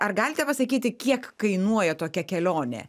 ar galite pasakyti kiek kainuoja tokia kelionė